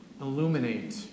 illuminate